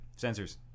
Sensors